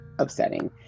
upsetting